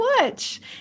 watch